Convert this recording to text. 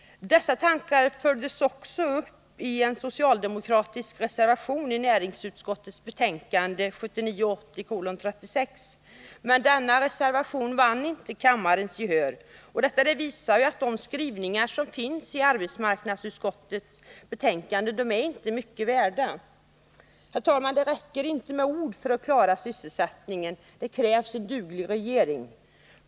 Dessa tankar följdes också upp i en socialdemokratisk reservation till näringsutskottets betänkande 1979/80:36, men reservationen vann inte kammarens gehör. Detta visar att de skrivningar som finns i arbetsmarknadsutskottets betänkande inte är mycket värda. Herr talman! Det räcker inte med ord för att klara sysselsättningen — det krävs en duglig regering.